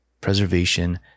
preservation